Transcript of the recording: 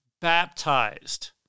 baptized